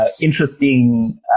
interesting